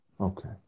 Okay